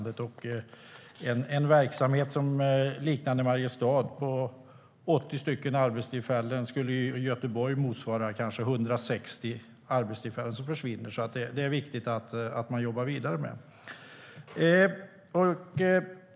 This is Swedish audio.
En verksamhet liknande den i Mariestad på 80 arbetstillfällen skulle i Göteborg motsvara kanske 160 arbetstillfällen som försvinner. Det är alltså viktigt att man jobbar vidare med det.